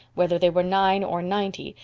whether they were nine or ninety,